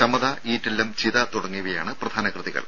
ചമത ഈറ്റില്ലംചിത തുടങ്ങിയവയാണ് പ്രധാന കൃതികൾ